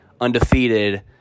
undefeated